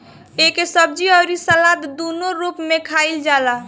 एके सब्जी अउरी सलाद दूनो रूप में खाईल जाला